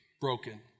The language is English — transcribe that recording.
broken